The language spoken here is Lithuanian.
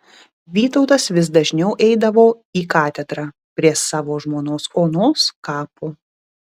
vytautas vis dažniau eidavo į katedrą prie savo žmonos onos kapo